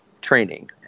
training